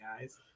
guys